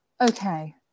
okay